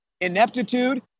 ineptitude